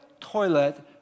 toilet